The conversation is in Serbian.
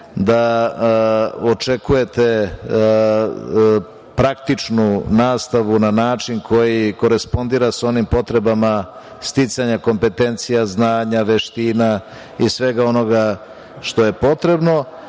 da očekujete praktičnu nastavu na način korespondira sa onim potrebama sticanja kompetencija znanja, veština i svega onoga što je potrebno,